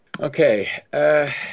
Okay